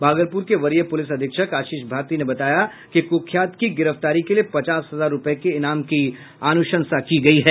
भागलपुर के वरीय पुलिस अधीक्षक आशीष भारती ने बताया कि कुख्यात की गिरफ्तारी के लिए पचास हजार रुपये के ईनाम की अनुशंसा की गयी है